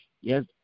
Yes